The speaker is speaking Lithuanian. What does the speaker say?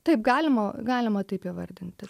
taip galima galima taip įvardinti